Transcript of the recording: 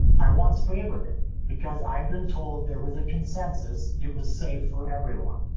i once favored it because i've been told there was a consensus it was safe for everyone.